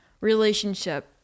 relationship